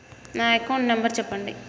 నా account number చెప్పండి?